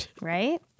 Right